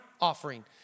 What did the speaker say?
offering